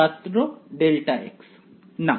ছাত্র δ না